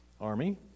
army